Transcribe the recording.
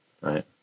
right